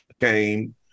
came